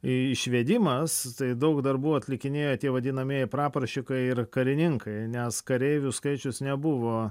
išvedimas tai daug darbų atlikinėjo tie vadinamieji praporščikai ir karininkai nes kareivių skaičius nebuvo